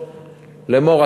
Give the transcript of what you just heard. לאמור,